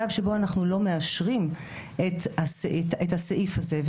מצב שבו אנחנו לא מאשרים את הסעיף הזה,